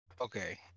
Okay